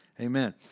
Amen